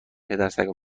پدسگا